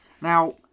Now